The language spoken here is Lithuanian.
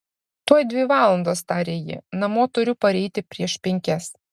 tuoj dvi valandos tarė ji namo turiu pareiti prieš penkias